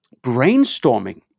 brainstorming